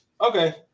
Okay